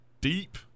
deep